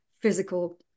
physical